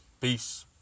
Peace